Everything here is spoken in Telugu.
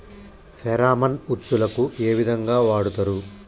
ఫెరామన్ ఉచ్చులకు ఏ విధంగా వాడుతరు?